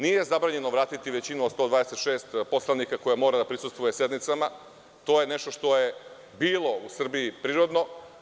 Nije zabranjeno vratiti većinu od 126 poslanika koji moraju da prisustvuju sednici, to je nešto što je bilo u Srbiji prirodno.